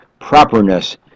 properness